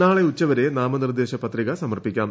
നാളെ ഉച്ചവരെ നാമനിർദ്ദേശപത്രിക സമർപ്പിക്കാം